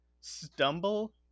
stumble